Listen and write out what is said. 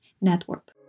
Network